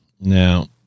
now